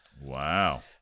wow